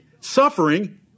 suffering